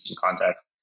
context